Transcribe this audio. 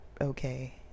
okay